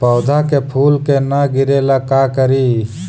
पौधा के फुल के न गिरे ला का करि?